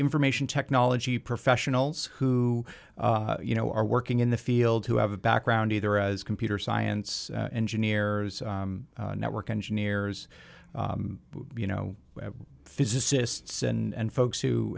information technology professionals who you know are working in the field who have a background either as computer science engineers network engineers you know physicists and folks who